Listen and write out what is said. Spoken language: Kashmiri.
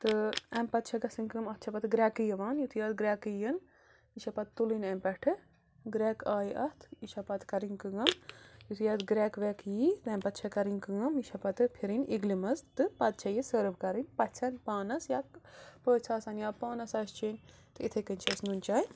تہٕ اَمۍ پَتہٕ چھےٚ گَژھن کٲم اَتھ چھےٚ گرکہٕ یِوان یُتھٕے اَتھ گرکہٕ یِن یہِ چھےٚ پَتہٕ تُلٕنۍ اَمۍ پٮ۪ٹھٕ گرکھ آیہِ اَتھ یہِ چھےٚ پَتہٕ کَرٕنۍ کٲم یُتھٕے اَتھ گرکھ ویکھ ییہِ تَمۍ پَتہٕ چھِ کَرٕنۍ کٲم یہِ چھِ پَتہٕ فِرٕنۍ اِگلہِ منٛز تہٕ پَتہٕ چھےٚ یہِ سٔرٕو کَرٕنۍ پَژھیٚن پانَس یا پٔژھۍ آسَن یا پانَس آسہِ چیٚنۍ تہٕ اِتھٕے کٔنۍ چھِ أسۍ نُنٛنہٕ چاے